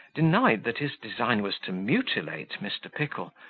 denied that his design was to mutilate mr. pickle,